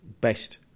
best